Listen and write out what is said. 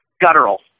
guttural